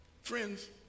Friends